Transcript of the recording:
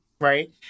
right